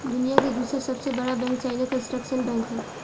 दुनिया के दूसर सबसे बड़का बैंक चाइना कंस्ट्रक्शन बैंक ह